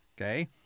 okay